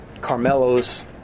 Carmelo's